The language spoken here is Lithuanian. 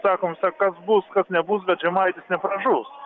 sakom sa kas bus kas nebus bet žemaitis nepražus